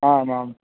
आम् आम्